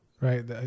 Right